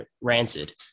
Rancid